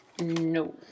No